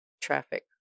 traffic